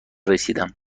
رسیدم